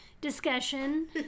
discussion